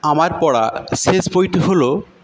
আমার পড়া শেষ বইটি হলো